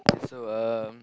so um